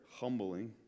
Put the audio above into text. humbling